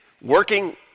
working